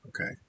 Okay